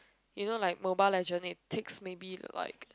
you know like Mobile-Legends it takes maybe like